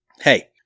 hey